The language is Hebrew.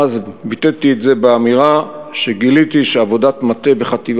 ביטאתי את זה באמירה שגיליתי שעבודת מטה בחטיבה